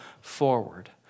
forward